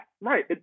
Right